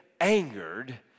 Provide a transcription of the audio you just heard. angered